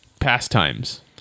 pastimes